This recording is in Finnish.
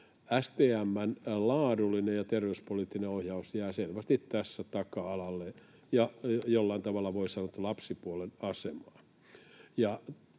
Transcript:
STM:n laadullinen ja terveyspoliittinen ohjaus jää selvästi tässä taka-alalle ja voi sanoa, että jollain tavalla lapsipuolen asemaan.